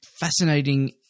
fascinating